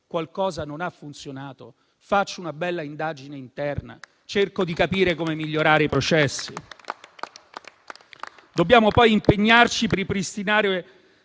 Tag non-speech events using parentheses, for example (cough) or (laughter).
qualcosa non ha funzionato e che si fa una bella indagine interna, cercando di capire come migliorare i processi? (applause) Dobbiamo poi impegnarci per ripristinare